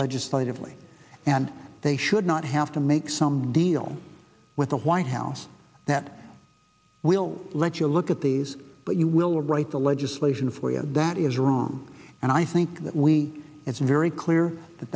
legislatively and they should not have to make some deal with the white house that will let you look at these but you will write the legislation for you that is wrong and i think that we it's very clear that